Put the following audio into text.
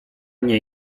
nie